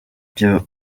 byo